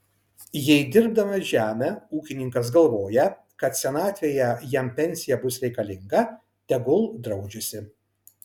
jei dirbdamas žemę ūkininkas galvoja kad senatvėje jam pensija bus reikalinga tegul draudžiasi